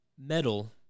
metal